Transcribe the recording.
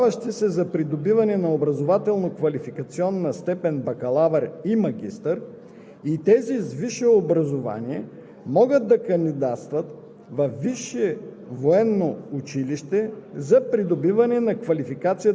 за обучение на ученици. Чл. 57. (1) Българските граждани със статус на студенти, обучаващи се за придобиване на образователно-квалификационна степен „бакалавър“ и „магистър“,